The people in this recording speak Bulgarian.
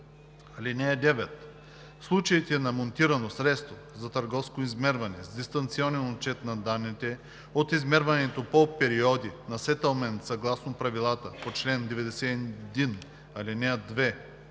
„(9) В случаите на монтирано средство за търговско измерване с дистанционен отчет на данните от измерването по периоди на сетълмент съгласно правилата по чл. 91,